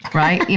right? you